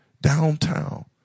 downtown